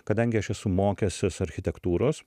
kadangi aš esu mokęsis architektūros